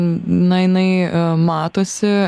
na jinai matosi